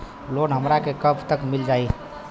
Loan हमरा के कब तक मिल जाई?